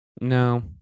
no